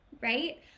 right